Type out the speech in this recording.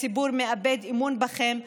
הציבור מאבד אמון בכם.